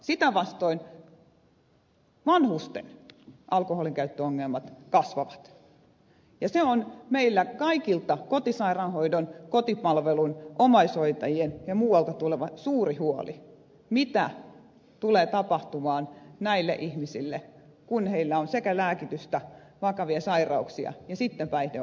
sitä vastoin vanhusten alkoholinkäyttöongelmat kasvavat ja se on meillä kaikilla kotisairaanhoidosta kotipalvelusta omaishoidosta ja muualta tulevilla suuri huoli mitä tulee tapahtumaan näille ihmisille kun heillä on sekä lääkitystä vakavia sairauksia että sitten päihdeongelma siinä samalla